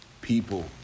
people